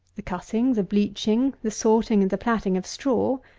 the cutting, the bleaching, the sorting, and the platting of straw,